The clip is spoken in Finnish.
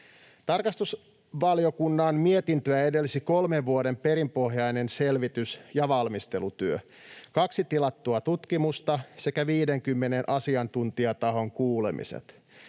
Tarkastusvaliokunnan mietintöä edelsi kolmen vuoden perinpohjainen selvitys- ja valmistelutyö, kaksi tilattua tutkimusta sekä 50 asiantuntijatahon kuulemiset.